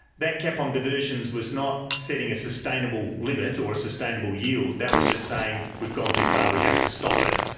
that cap on diversions was not setting a sustainable limit, or a sustainable yield, that was just saying we've gone too far, we have to stop it.